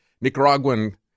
Nicaraguan